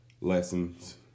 lessons